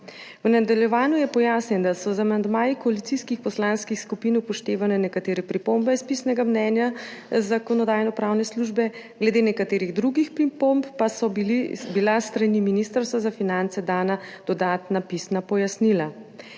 V nadaljevanju je pojasnila, da so z amandmaji koalicijskih poslanskih skupin upoštevane nekatere pripombe iz pisnega mnenja Zakonodajno-pravne službe, glede nekaterih drugih pripomb pa so bila s strani Ministrstva za finance dana dodatna pisna pojasnila.